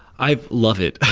i love it.